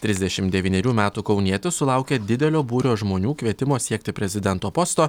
trisdešim devynerių metų kaunietis sulaukė didelio būrio žmonių kvietimo siekti prezidento posto